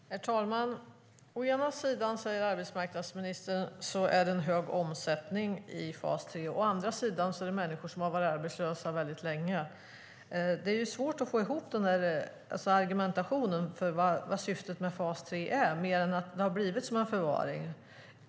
Herr talman! Å ena sidan säger arbetsmarknadsministern att det är en hög omsättning i fas 3. Å andra sidan säger hon att det är människor som har varit arbetslösa väldigt länge. Det är ju svårt att få ihop argumentationen för vad syftet med fas 3 är, mer än att det har blivit som en förvaring.